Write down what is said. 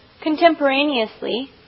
Contemporaneously